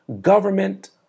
government